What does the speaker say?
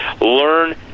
learn